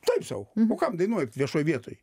taip sau o kam dainuojat viešoj vietoj